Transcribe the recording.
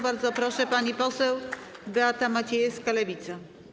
Bardzo proszę, pani poseł Beata Maciejewska, Lewica.